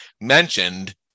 mentioned